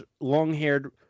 long-haired